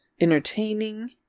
entertaining